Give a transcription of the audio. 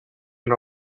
and